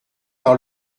par